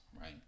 right